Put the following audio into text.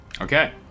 Okay